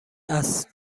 است